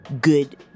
good